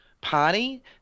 party